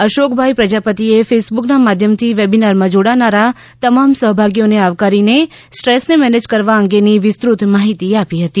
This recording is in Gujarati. અશોકભાઇ પ્રજાપતિએ ફેસબુકના માધ્યમથી વેબીનારમાં જોડાનારા તમામ સહભાગીઓને આવકારીને સ્ટ્રેસને મેનેજ કરવા અંગેની વિસ્તૃત માહિતી આપી હતી